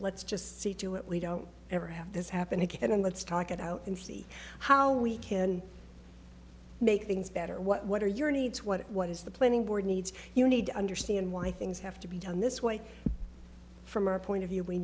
let's just see to it we don't ever have this happen again and let's talk it out and see how we can make things better what are your needs what what is the planning board needs you need to understand why things have to be done this way from our point of view we